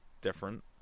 different